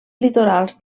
litorals